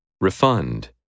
Refund